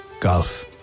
Golf